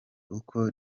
uko